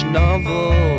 novel